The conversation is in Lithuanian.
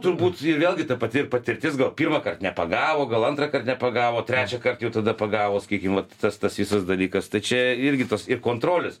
turbūt ir vėlgi ta pati ir patirtis gal pirmąkart nepagavo gal antrąkart nepagavo trečiąkart jau tada pagavo sakykim vat tas tas visas dalykas tai čia irgi tas ir kontrolės